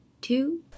two